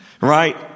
right